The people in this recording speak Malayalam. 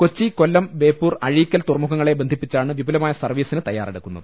കൊച്ചി കൊല്ലം ബേപ്പൂർ അഴീക്കൽ തുറമുഖങ്ങളെ ബന്ധിപ്പി ച്ചാണ് വിപുലമായ സർവീസിന് തയ്യാറെടുക്കുന്നത്